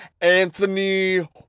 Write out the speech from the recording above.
Anthony